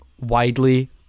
widely